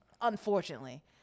Unfortunately